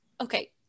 okay